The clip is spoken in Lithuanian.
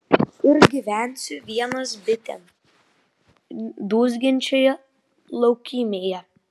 ir gyvensiu vienas bitėm dūzgiančioje laukymėje